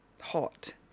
hot